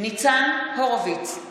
ניצן הורוביץ,